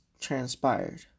transpired